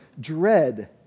dread